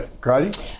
Grady